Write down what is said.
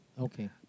Okay